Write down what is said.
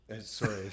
Sorry